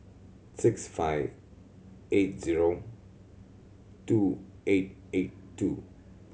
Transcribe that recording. six five eight zero two eight eight two